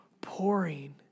pouring